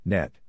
Net